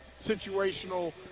situational